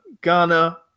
Ghana